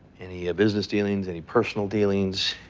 any business dealings, any personal dealings,